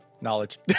knowledge